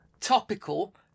topical